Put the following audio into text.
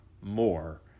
more